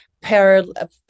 parallel